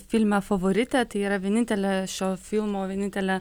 filme favoritė tai yra vienintelė šio filmo vienintelė